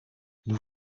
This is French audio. nous